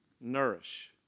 Nourish